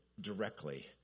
directly